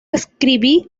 escribí